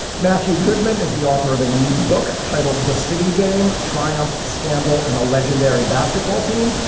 matthew goodman is the author of a new book titled the city game triumph, scandal and a legendary basketball team.